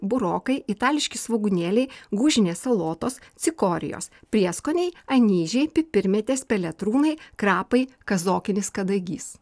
burokai itališki svogūnėliai gūžinės salotos cikorijos prieskoniai anyžiai pipirmėtės peletrūnai krapai kazokinis kadagys